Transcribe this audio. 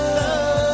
love